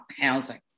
housing